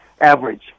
average